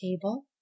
table